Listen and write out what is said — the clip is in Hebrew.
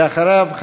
ואחריו,